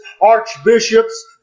archbishops